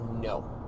No